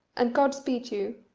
and god speed you,